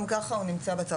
גם ככה הוא נמצא בצו,